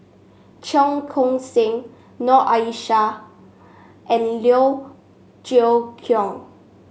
Cheong Koon Seng Noor Aishah and Liew Geok Leong